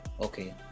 Okay